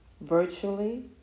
virtually